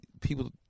people